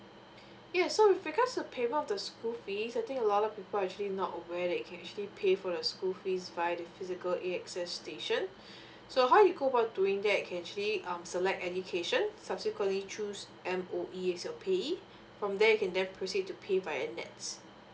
yes so with regards to payment of the school fees I think a lot of people are actually not aware that you can actually pay for the school fees by the physical A_X_S station so how you go about doing that can actually um select education subsequently choose M_O_E as your payee from there you can then proceed to pay by nets